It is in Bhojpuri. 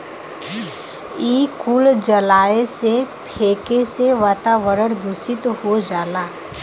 इ कुल जलाए से, फेके से वातावरन दुसित हो जाला